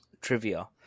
trivia